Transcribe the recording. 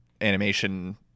animation